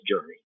journey